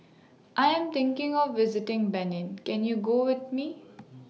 I Am thinking of visiting Benin Can YOU Go with Me